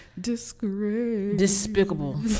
Despicable